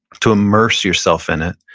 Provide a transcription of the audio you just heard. to immerse yourself in it.